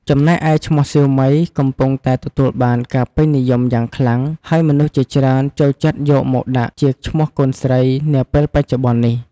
ចំណែកឯឈ្មោះ "សៀវមី" កំពុងតែទទួលបានការពេញនិយមយ៉ាងខ្លាំង ហើយមនុស្សជាច្រើន ចូលចិត្តយកមកដាក់ជាឈ្មោះកូនស្រី នាពេលបច្ចុប្បន្ននេះ។